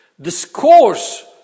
discourse